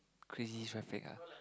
crazy traffic ah